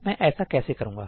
मैं ऐसा कैसे करूंगा